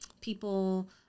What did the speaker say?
people